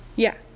yeah?